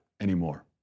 anymore